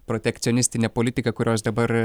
protekcionistinė politika kurios dabar